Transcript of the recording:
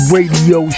Radio